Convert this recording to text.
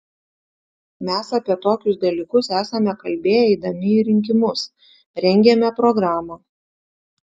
mes apie tokius dalykus esame kalbėję eidami į rinkimus rengėme programą